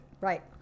Right